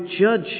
judge